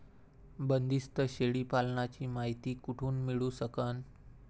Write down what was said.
बंदीस्त शेळी पालनाची मायती कुठून मिळू सकन?